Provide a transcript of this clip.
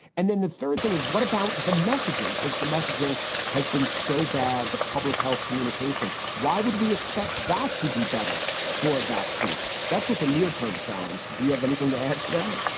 and then the third thing is, what about the messaging since the messaging has been so bad, the public health communication, why would we expect that to be better for a vaccine? that's just a near-term challenge. do you have anything to add to that?